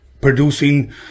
producing